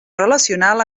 relacional